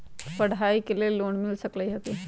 पढाई के लेल लोन मिल सकलई ह की?